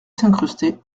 s’incruster